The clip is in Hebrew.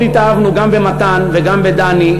מאוד התאהבנו גם במתן וגם בדני,